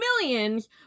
millions